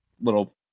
little